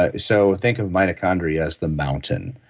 ah so, think of mitochondria as the mountain,